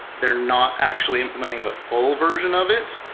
they're not actually implementing the full version of it.